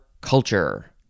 culture